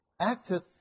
acted